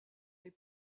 les